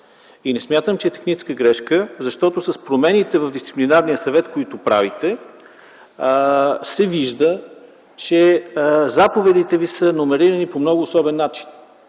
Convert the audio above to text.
Не смятам, че е техническа грешка, защото с промените в Дисциплинарния съвет, които правите, се вижда, че заповедите Ви са номерирани по много особен начин.